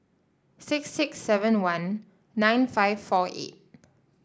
six six seven one nine five four eight